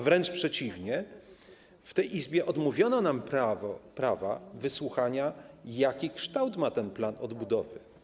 Wręcz przeciwnie, w tej Izbie odmówiono nam prawa wysłuchania, jaki kształt ma ten plan odbudowy.